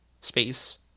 space